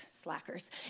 slackers